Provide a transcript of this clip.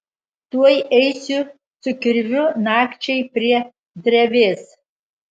tuoj eisiu su kirviu nakčiai prie drevės